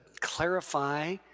clarify